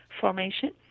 formation